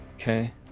okay